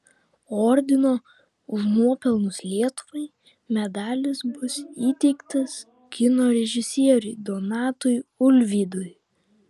ordino už nuopelnus lietuvai medalis bus įteiktas kino režisieriui donatui ulvydui